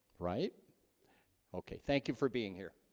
right okay, thank you for being here